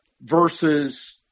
versus